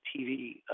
TV